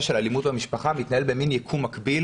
שנושא של אלימות במשפחה מתנהל במין יקום מקביל